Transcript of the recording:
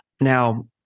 Now